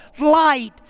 light